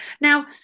now